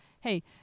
Hey